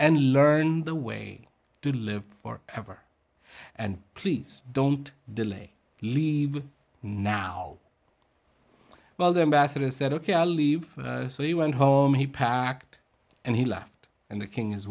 and learn the way to live for ever and please don't delay leave now well their master said ok i'll leave so he went home he packed and he left and the king is